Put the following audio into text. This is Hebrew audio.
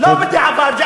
לא בדיעבד.